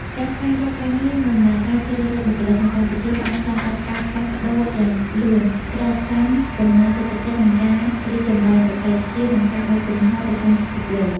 ការស្វែងរកការងារ និងដំណើរការជ្រើសរើសបុគ្គលិកនៅកម្ពុជាបានឆ្លងកាត់ការផ្លាស់ប្ដូរយ៉ាងលឿនស្របតាមកំណើនសេដ្ឋកិច្ច ការរីកចម្រើនបច្ចេកវិទ្យា និងការបើកចំហរទៅកាន់ពិភពលោក។